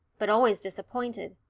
but always disappointed.